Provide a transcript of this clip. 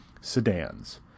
sedans